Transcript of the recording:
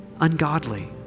Ungodly